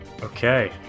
okay